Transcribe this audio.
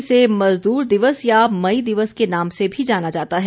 इसे मजदूर दिवस या मई दिवस के नाम से भी जाना जाता है